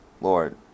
Lord